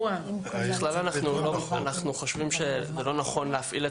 ככלל אנחנו חושבים שזה לא נכון להפעיל את